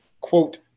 quote